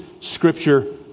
scripture